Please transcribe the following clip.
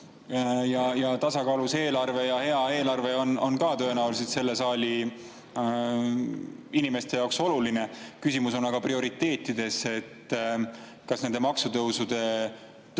Tasakaalus eelarve ja hea eelarve on ka tõenäoliselt selle saali inimeste jaoks oluline. Küsimus on aga prioriteetides. Kui nende maksutõusude tõttu